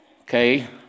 Okay